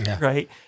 right